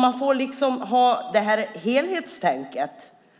Man får alltså ha ett helhetstänkande,